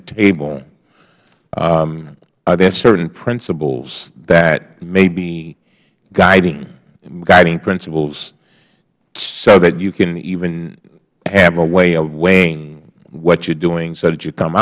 the table are there certain principles that may be guiding guiding principles so that you can have a way of weighing what you're doing so that you come